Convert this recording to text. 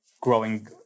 growing